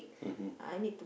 I need to